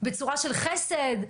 בצורה של חסד,